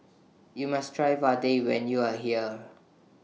YOU must Try Vadai when YOU Are here